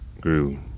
grew